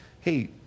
hey